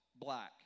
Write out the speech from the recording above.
black